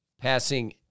passing